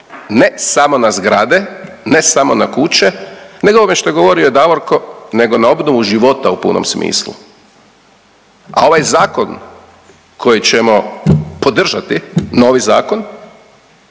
ne samo na zgrade, ne samo na kuće nego ovome što je govorio i Davorko nego na obnovu života u punom smislu. A ovaj zakon koji ćemo podržati, novi zakon